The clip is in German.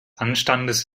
anstandes